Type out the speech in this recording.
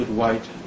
white